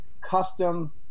custom